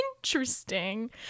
Interesting